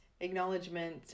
acknowledgement